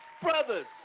Brothers